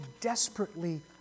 desperately